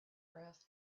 brass